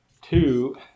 two